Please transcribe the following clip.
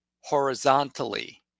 horizontally